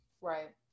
right